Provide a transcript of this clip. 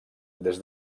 des